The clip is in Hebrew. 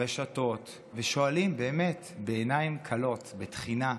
ברשתות, ושואלים, באמת בעיניים כלות, בתחינה,